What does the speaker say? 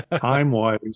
time-wise